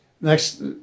next